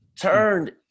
Turned